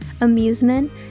amusement